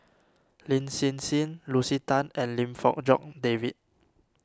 Lin Hsin Hsin Lucy Tan and Lim Fong Jock David